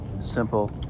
Simple